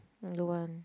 don't want